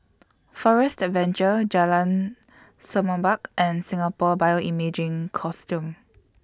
Forest Adventure Jalan Semerbak and Singapore Bioimaging Consortium